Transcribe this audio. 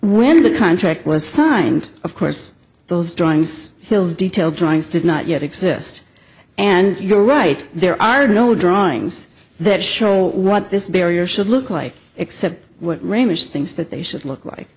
when the contract was signed of course those drawings hills detailed drawings did not yet exist and you're right there are no drawings that show what this barrier should look like except things that they should look like